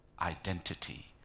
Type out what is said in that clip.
identity